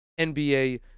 NBA